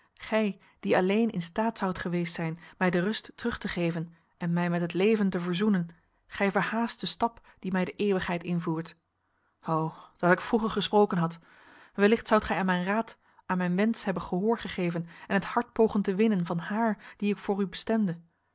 gij die alleen in staat zoudt geweest zijn mij de rust terug te geven en mij met het leven te verzoenen gij verhaast den stap die mij de eeuwigheid invoert o dat ik vroeger gesproken had wellicht zoudt gij aan mijn raad aan mijn wensch hebben gehoor gegeven en het hart pogen te winnen van haar die ik voor u bestemde